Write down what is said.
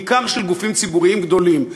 בעיקר של גופים ציבוריים גדולים,